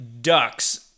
Ducks